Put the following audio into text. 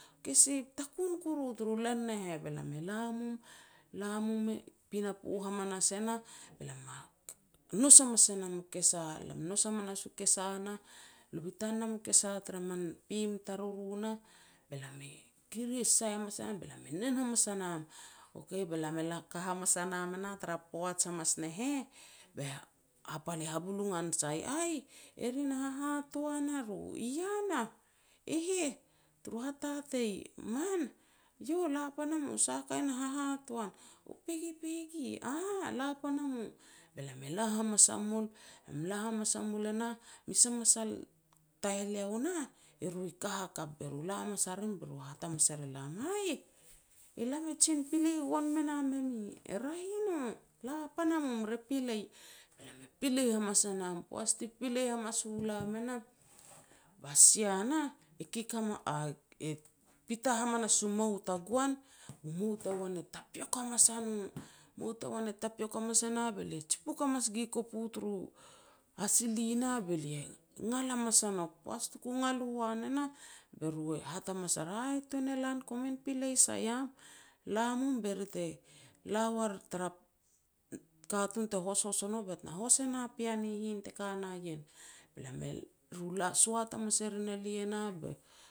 Kesa takun koru taru len ne heh, be lam e la mum la mum i pinapo hamamas e nah, be lam ma nous hamas e nam u kesa, lam nous hamas kesa nah, lu bitam nam u keso tar man peem taruru nah, be lam e guris sai hamas enam, be lam e nen hamas e nan. Okay be lam e ka hamas a nam e nah tara poaj hamas ne heh, hapal ba bulugar sair, "Aih, eri na hahatoan ro", "Iah nah?, "E heh turu hahatei." "Man!, io lapan a mu, sah u hahatoan", u pegipegi", "Aah, io la pana mu. Be lam ela hamas a mul, la hamas a mul e nah, mes a masal taheleo nah, eru i ka hakap. Be ru la hamas a rim, be ru hat hamas er elam, "Aih, elam e jin pilai gon me nam e mi", E raeh i no, la pan a mum re pilai." Be lam e pilai hamas a nam. Poaj ti pilei hamas u lam e nah, ba sia nah e kik hamas e pita hamanas u mou tagoan, bu mou tagoan e tapieok hamas a no, mou tagoan e tapieok hamas e nah be la jipuk hamas gui kopu taru hasili nah be lia ngal hamas a nouk. Poaj tuk ngal u wan e nah, be ru e hat hamas ar, "Aih, tuan e lan komin pilei sai iam. La mum be ri te la war tara katun te hoshos o no bet na hos e na pean hihin teka na ien. Be lam e rula soat hamas e rin elia nah be